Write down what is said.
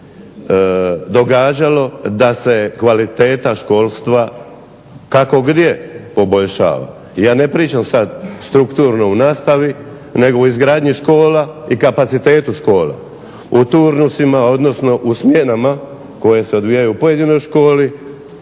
događalo da se kvaliteta školstva kako gdje poboljšava. Ja ne pričam sada strukturno u nastavi nego u izgradnji škola i kapacitetu škola. U turnusima odnosno u smjenama koje se odvijaju u pojedinoj školu,